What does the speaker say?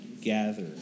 gather